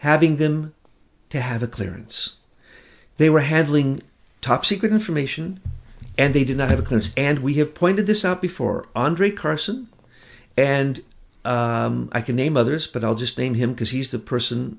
having them to have a clearance they were heading top secret information and they did not have accounts and we have pointed this out before andre carson and i can name others but i'll just name him because he's the person